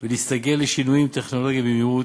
ולהסתגל לשינויים טכנולוגיים במהירות,